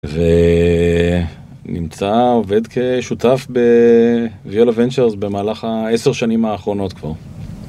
ואההה.. נמצא, עובד כשותף בוויאל אבנצ'רס במהלך העשר שנים האחרונות כבר.